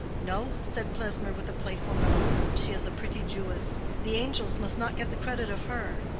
no, said klesmer, with a playful nod she is a pretty jewess the angels must not get the credit of her.